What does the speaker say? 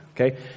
okay